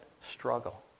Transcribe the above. struggle